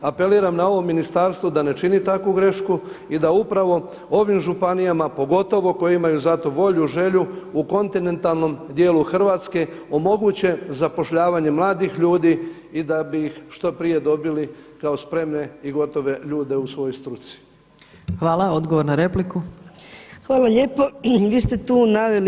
Apeliram na ovo ministarstvo da ne čini takvu grešku i da upravo ovim županijama, pogotovo koje imaju za to volju, želju u kontinentalnom dijelu Hrvatske omoguće zapošljavanje mladih ljudi i da bi ih što prije dobili kao spremne i gotove ljude u svojoj struci.